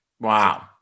Wow